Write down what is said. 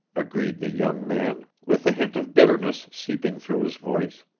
agreed the young man with a hint of bitterness seeping through his voice.